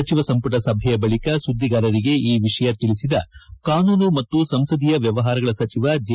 ಸಚಿವ ಸಂಪುಟ ಸಭೆಯ ಬಳಿಕ ಸುದ್ದಿಗಾರರಿಗೆ ಈ ವಿಷಯ ತಿಳಿಸಿದ ಕಾನೂನು ಮತ್ತು ಸಂಸದೀಯ ವ್ನವಹಾರಗಳ ಸಚಿವ ಜೆ